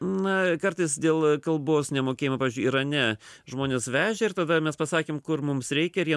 na kartais dėl kalbos nemokėjimo pavyzdžiui irane žmonės vežė ir tada mes pasakėm kur mums reikia ir jie